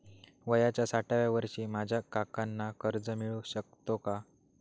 वयाच्या साठाव्या वर्षी माझ्या काकांना कर्ज मिळू शकतो का?